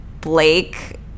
Blake